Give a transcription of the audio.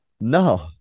No